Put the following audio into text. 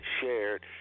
shared